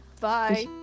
Bye